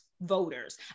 voters